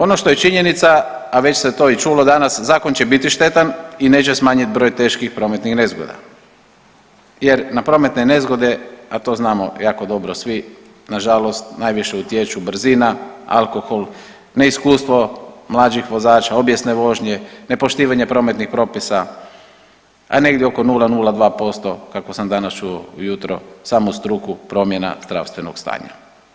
Ono što je činjenica, a već se to i čulo danas, Zakon će biti štetan i neće smanjiti broj teških prometnih nezgoda jer na prometne nezgode, a to znamo jako dobro svi, nažalost najviše utječu brzina, alkohol, neiskustvo mlađih vozača, obijesne vožnje, nepoštivanje prometnih propisa, a negdje oko 0,02%, kako sam danas čuo ujutro, samu struku, promjena zdravstvenog stanja.